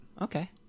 okay